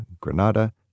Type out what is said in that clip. Granada